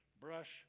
brush